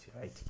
right